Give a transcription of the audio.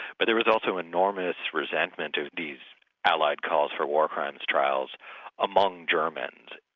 but there was also enormous resentment of these allied calls for war crimes trials among germans,